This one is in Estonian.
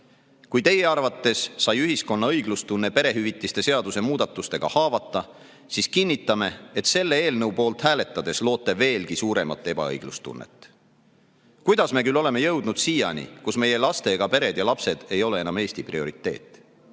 Kui teie arvates sai ühiskonna õiglustunne perehüvitiste seaduse muudatustega haavata, siis kinnitame, et selle eelnõu poolt hääletades loote veelgi suuremat ebaõiglustunnet. Kuidas me küll oleme jõudnud siiani, kus meie lastega pered ja lapsed ei ole enam Eesti prioriteet?